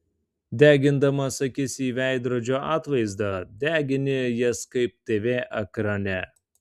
degindamas akis į veidrodžio atvaizdą degini jas kaip tv ekrane